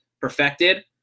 perfected